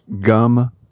gum